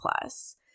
Plus